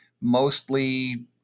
mostly